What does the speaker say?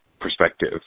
perspective